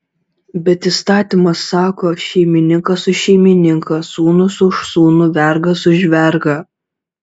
bet įstatymas sako šeimininkas už šeimininką sūnus už sūnų vergas už vergą